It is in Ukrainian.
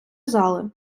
зали